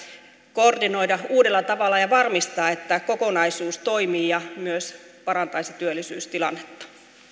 koordinoida uudella tavalla ja varmistaa että kokonaisuus toimii ja myös parantaisi työllisyystilannetta